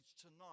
tonight